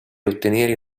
ottenere